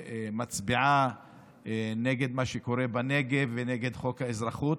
מצביעה נגד מה שקורה בנגב ונגד חוק האזרחות,